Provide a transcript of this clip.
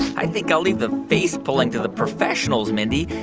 i think i'll leave the face pulling to the professionals, mindy.